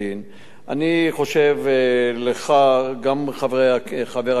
אני חושב, גם לגבי חבר הכנסת שנאן,